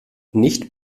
nicht